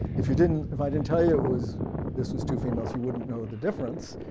if you didn't if i didn't tell you it was this was two females you wouldn't know the difference.